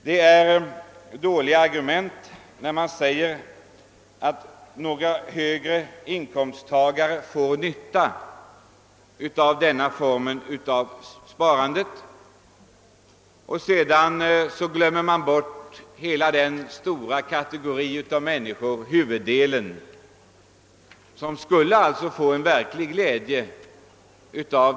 Det är ett dåligt argument när man säger, att några högre inkomsttagare får nytta av denna form av sparande, samtidigt som man glömmer bort den stora kategori av människor, huvuddelen av inkomsttagarna, som skulle få verklig glädje därav.